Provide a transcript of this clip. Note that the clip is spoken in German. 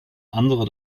andere